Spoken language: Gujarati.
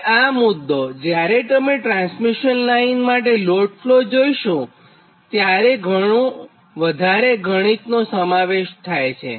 અને આ મુદ્દો જ્યારે તમે ટ્રાન્સમિશન લાઇન માટે લોડ ફ્લો જોઇશુંત્યારે ઘણું વધારે ગણિતનું સમાવેશ થાય છે